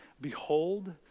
Behold